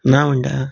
ना म्हण्टा